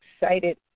excited